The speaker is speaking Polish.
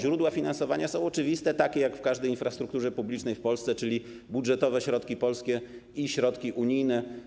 Źródła finansowania są oczywiste, takie jak przy każdej infrastrukturze publicznej w Polsce, czyli budżetowe środki polskie i środki unijne.